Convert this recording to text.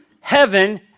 Heaven